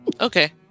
Okay